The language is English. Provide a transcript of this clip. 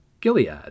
Gilead